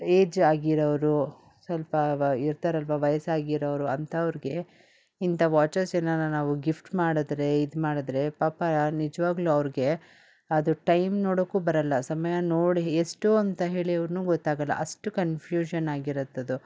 age ಆಗಿರೋವ್ರು ಸ್ವಲ್ಪ ವ್ ಇರ್ತಾರಲ್ವಾ ವಯಸ್ಸಾಗಿರೋರು ಅಂಥವ್ರಿಗೆ ಇಂಥ ವಾಚಸ್ ಏನಾರ ನಾವು ಗಿಫ್ಟ್ ಮಾಡಿದ್ರೆ ಇದ್ಮಾಡಿದ್ರೆ ಪಾಪ ನಿಜವಾಗ್ಲೂ ಅವ್ರಿಗೆ ಅದು ಟೈಮ್ ನೋಡೋಕೂ ಬರಲ್ಲ ಸಮಯ ನೋಡಿ ಎಷ್ಟು ಅಂತ ಹೇಳಿನೂ ಗೊತ್ತಾಗಲ್ಲ ಅಷ್ಟು ಕನ್ಫ್ಯೂಷನ್ನಾಗಿರತ್ತದು